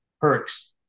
perks